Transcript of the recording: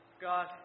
God